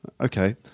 Okay